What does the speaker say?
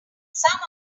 some